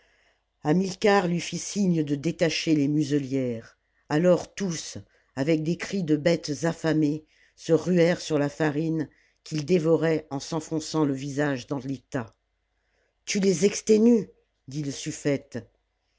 hamilcar lui fit signe de détacher les muselièrps alors tous avec des cris de bêtes affamées se ruèrent sur la farine qu'ils dévoraient en s'enfonçant le visage dans les tas tu les exténues dit le sufifte